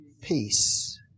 Peace